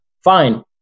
fine